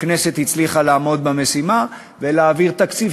הכנסת הצליחה לעמוד במשימה ולהעביר תקציב,